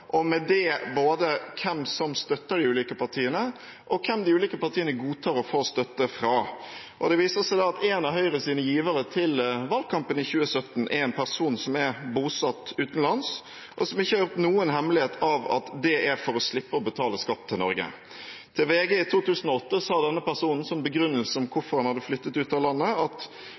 og med det både hvem som støtter de ulike partiene, og hvem de ulike partiene godtar å få støtte fra. Det viser seg at en av Høyres givere til valgkampen i 2017 er en person som er bosatt utenlands, og som ikke gjør noen hemmelighet av at det er for å slippe å betale skatt til Norge. Til VG i 2008 sa denne personen som begrunnelse for hvorfor han hadde flyttet ut av landet, at